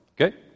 okay